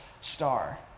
star